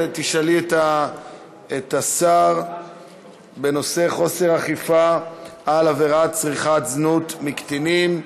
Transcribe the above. תשאלי את השר בנושא אי-אכיפה בעבירת צריכת שירותי זנות מקטינים.